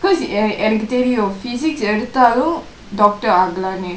cause எனக்கு தெரியும்:ennaku theriyum physics எடுத்தாலும்:eduthaalum doctor ஆகலாம்னு:aagalaamnu